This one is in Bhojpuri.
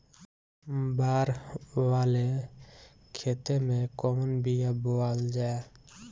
बाड़ वाले खेते मे कवन बिया बोआल जा?